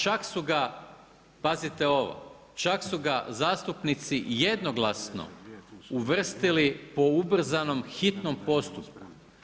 Čak su ga pazite ovo, čak su ga zastupnici jednoglasno uvrstili po ubrzanom hitnom postupku.